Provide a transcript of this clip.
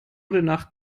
nach